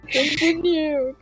Continue